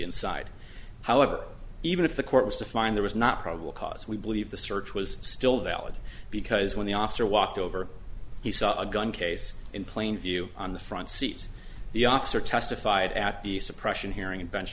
inside however even if the court was to find there was not probable cause we believe the search was still valid because when the officer walked over he saw a gun case in plain view on the front seat the officer testified at the suppression hearing bench